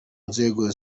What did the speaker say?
nzego